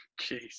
Jeez